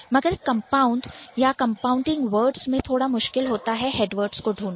मगर कंपाउंड या compounding words में थोड़ा मुश्किल होता है हेडवर्ड्स को ढूंढना